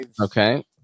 Okay